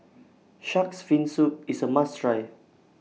Shark's Fin Soup IS A must Try